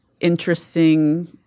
interesting